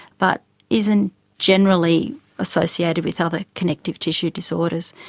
but isn't generally associated with other connective tissue disorders.